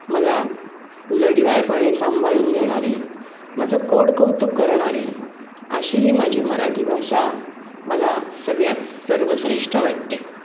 मला लडीवाळपणे सांभाळून घेणारी माझं कोडकौतुक करणारी अशी ही माझी मराठी भाषा मला सगळ्यात सर्वश्रेष्ठ वाटते